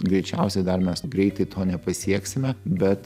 greičiausiai dar mes greitai to nepasieksime bet